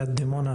ליד דימונה,